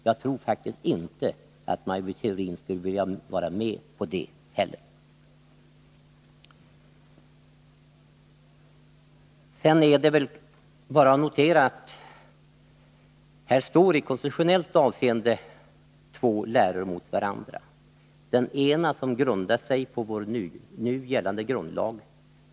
Jag tror faktiskt inte att Maj Britt Theorin skulle vilja gå med på det. Sedan är det väl bara att notera att det här i konstitutionellt avseende står två läror mot varandra. Den ena grundar sig på vår nu gällande grundlag.